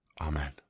Amen